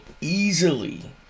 easily